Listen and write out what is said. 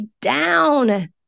down